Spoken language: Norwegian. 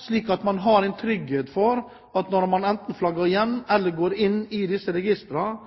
slik at man har trygghet for at man, enten man flagger hjem eller går inn i disse registrene,